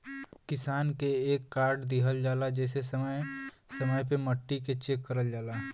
किसान के एक कार्ड दिहल जाला जेसे समय समय पे मट्टी के चेक करल जाला